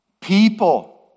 People